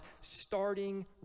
starting